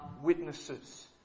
witnesses